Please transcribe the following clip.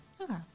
Okay